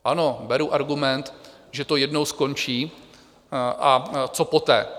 Ano, beru argument, že to jednou skončí, a co poté?